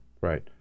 Right